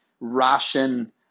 ration